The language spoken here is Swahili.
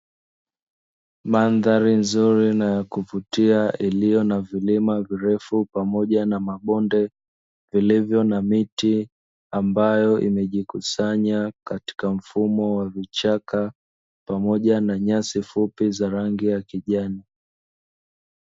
Mandhari nzuri na yakuvutia iliyo na vilima virefu pamoja na mabonde, vilivyo na miti ambayo imejikusanya katika mfumo wa vichaka pamoja na nyasi fupi za rangi ya kijani.